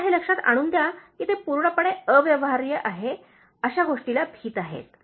त्यांना हे लक्षात आणून द्या की ते पूर्णपणे अव्यवहार्य आहे अशा गोष्टीला भीत आहेत